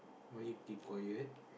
why you keep quiet